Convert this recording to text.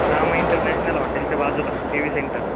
Rama international हॉटेलच्या बाजूला T V centre